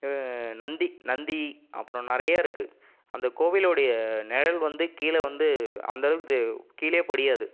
நந்தி நந்தி அப்புறம் நிறையா இருக்குது அந்தக் கோவிலுடைய நிழல் வந்து கீழே வந்து அந்தளவுக்கு இது கீழேயே படியாது